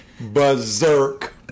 berserk